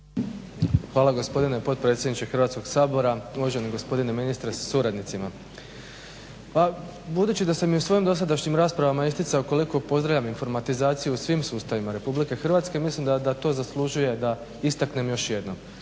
Hvala gospodine potpredsjedniče Hrvatskog sabora, uvaženi gospodine ministre sa suradnicima. Pa budući da sam i u svojim dosadašnjim raspravama isticao koliko pozdravljam informatizaciju u svim sustavima Republike Hrvatske mislim da to zaslužuje da istaknem još jednom